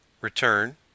return